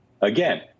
again